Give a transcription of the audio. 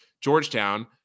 Georgetown